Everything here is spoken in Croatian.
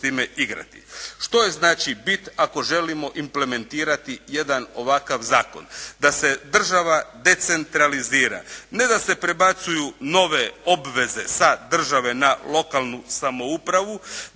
Što je znači bit ako želimo implementirati jedan ovakav zakon? Da se država decentralizira, ne da se prebacuju nove obveze sa države na lokalnu samoupravu,